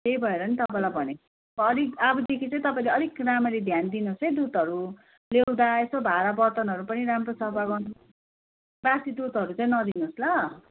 त्यही भएर नि तपाईँलाई भनेको अलिक अबदेखि चाहिँ तपाईँले अलिक राम्ररी ध्यान दिनुहोस् है दुधहरू ल्याउँदा यसो भाँडा बर्तनहरू पनि राम्रो सफा गर्नु बासी दुधहरू चाहिँ नदिनुहोस् ल